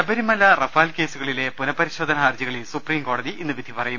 Sabarimala Rafale കേസുകളിലെ പുനപരിശോധനാ ഹർജികളിൽ സുപ്രീംകോടതി ഇന്ന് വിധിപറയും